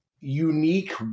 unique